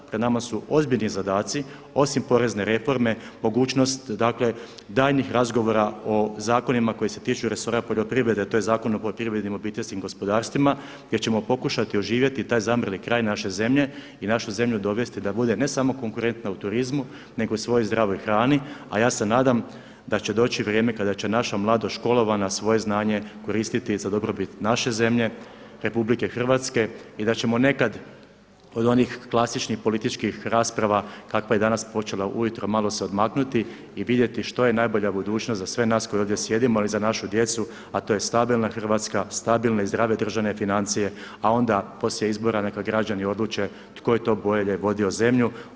Pred nama su ozbiljni zadaci osim porezne reforme mogućnost dakle daljnjih razgovora o zakonima koji se tiču resora poljoprivrede to je Zakon o poljoprivrednim obiteljskim gospodarstvima jer ćemo pokušati oživjeti taj zamrli kraj naše zemlje i našu zemlju dovesti da bude ne samo konkurentna u turizmu nego i u svojoj zdravoj hrani a ja se nadam da će doći vrijeme kada će naša mladost školovana svoje znanje koristiti za dobrobit naše zemlje RH i da ćemo nekad od onih klasičnih političkih rasprava kakva je danas počela ujutro malo se odmaknuti i vidjeti što je najbolja budućnost za sve nas koji ovdje sjedimo ali i za našu djecu a to je stabilna Hrvatska, stabilne i zdrava državne financije a onda poslije izbora neka građani odluče tko je to bolje vodio zemlju.